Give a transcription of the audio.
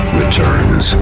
returns